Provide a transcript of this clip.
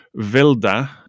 Vilda